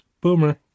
boomer